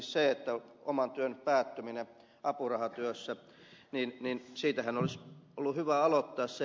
esimerkiksi oman työn päättymisestä apurahatyössä olisi ollut hyvä aloittaa se